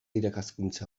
irakaskuntza